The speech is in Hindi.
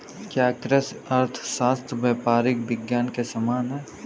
क्या कृषि अर्थशास्त्र व्यावहारिक विज्ञान के समान है?